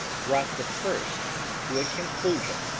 brought the first to a conclusion.